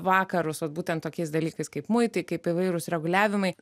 vakarus vat būtent tokiais dalykais kaip muitai kaip įvairūs reguliavimai